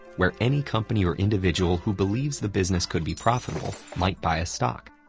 where any company or individual who believes the business could be profitable might buy a stock.